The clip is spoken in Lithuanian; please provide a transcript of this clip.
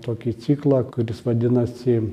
tokį ciklą kuris vadinasi